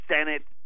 Senate